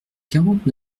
quarante